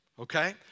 Okay